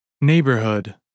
Neighborhood